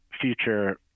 future